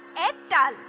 and